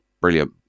brilliant